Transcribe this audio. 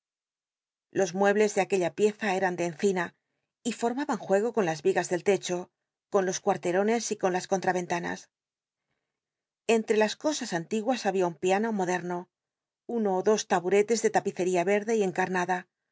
los muebles de aquella pieza eran de encina y formaban juego con las igas del lecho con los cuarterones y i'on las contraventanas enll'c la cosas antiguas había un piano moderno uno ó do taburetes de tapicería rerdc y encarnada